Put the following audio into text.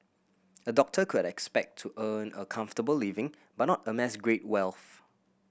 a doctor could expect to earn a comfortable living but not amass great wealth